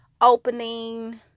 opening